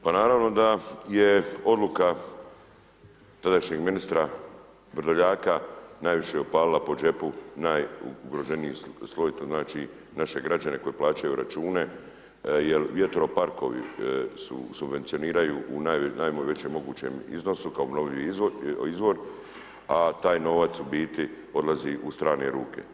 Pa naravno da je odluka tadašnjeg ministra Vrdoljaka najviše opalila po džepu najugroženiji sloj to znači naše građane koji plaćaju račune, jer vjetroparkovi se subvencioniraju u najvećem mogućem iznosu kao obnovljivi izvor, a taj novac u biti odlazi u strane ruke.